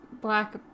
black